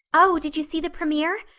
oh, did you see the premier?